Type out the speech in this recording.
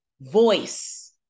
voice